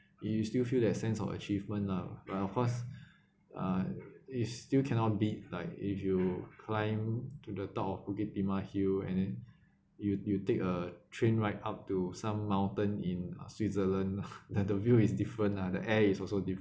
you still feel that sense of achievement lah but of course uh is still cannot beat like if you climb to the top of bukit timah hill and then you you take a train ride up to some mountain in uh switzerland that the view is different lah the air is also different